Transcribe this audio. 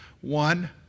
one